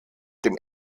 dem